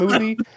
movie